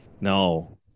No